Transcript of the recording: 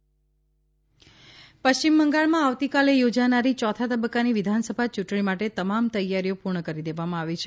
પશ્ચિમ બંગાળ ચૂંટણી પશ્ચિમ બંગાળમાં આવતીકાલે યોજાનારી યોથા તબક્કાની વિધાનસભા યૂંટણી માટે તમા મ તૈયારીઓ પૂર્ણ કરી દેવામાં આવી છે